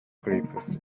clips